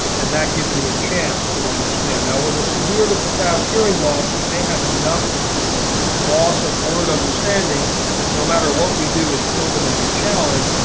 and that gives me a chance to understand. now with a severe to profound hearing loss you may have enough loss of word understanding that no matter what we do, it's still going to be a challenge.